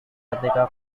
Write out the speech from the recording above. ketika